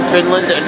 Finland